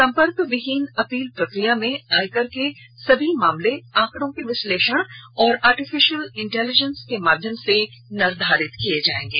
संपर्क विहीन अपील प्रक्रिया में आयकर के सभी मामले आंकड़ों के विश्लेषण और आर्टिफिशियल इंटेलिजेंस के माध्यम से निर्धारित किए जाएंगे